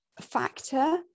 factor